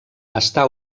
està